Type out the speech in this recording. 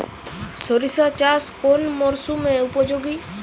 সরিষা চাষ কোন মরশুমে উপযোগী?